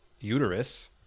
uterus